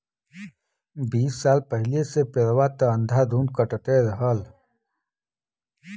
बीस साल पहिले से पेड़वा त अंधाधुन कटते रहल